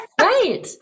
Right